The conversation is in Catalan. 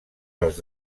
dels